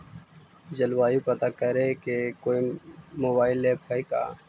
जलवायु पता करे के कोइ मोबाईल ऐप है का?